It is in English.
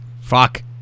fuck